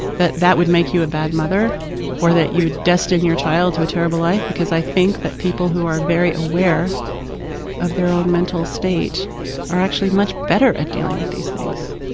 that that would make you a bad mother or that you would destine your child to a terrible life. because i think that people who are very aware of their own mental state are actually much better at dealing with these things.